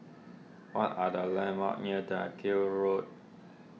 what are the landmarks near Dalkill Road